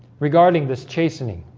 regarding this chastening